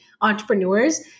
entrepreneurs